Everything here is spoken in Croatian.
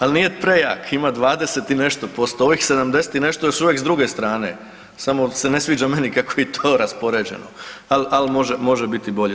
Ali nije prejak, ima 20 i nešto posto, ovih 70 i nešto su još uvijek s druge strane, samo se ne sviđa meni kako je to raspoređeno, ali može biti bolje.